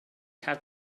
had